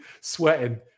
sweating